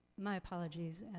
my apologies,